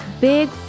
big